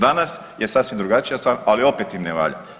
Danas je sasvim drugačija stvar, ali opet im ne valja.